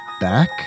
back